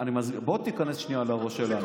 בא תיכנס שנייה לראש שלנו.